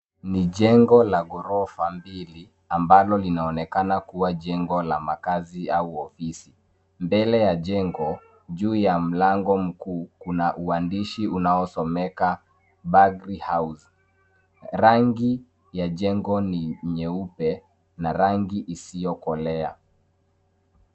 Ni jengo la ghorofa mbili ambalo linaonekana kuwa jengo la makazi au ofisi. Mbele ya jengo, juu ya mlango mkuu kuna uandishi unaosomeka, bagri house. Rangi ya jengo ni nyeupe na rangi isiyokolea.